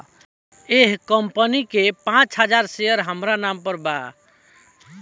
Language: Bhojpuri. एह कंपनी के पांच हजार शेयर हामरा नाम पर बा